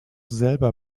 selber